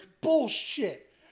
bullshit